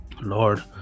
Lord